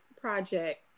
project